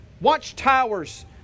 watchtowers